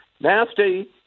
nasty